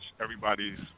everybody's